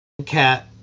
Cat